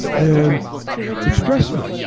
and it stressed me,